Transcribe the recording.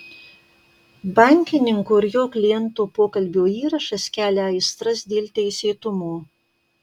bankininko ir jo kliento pokalbio įrašas kelia aistras dėl teisėtumo